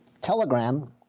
telegram